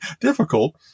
difficult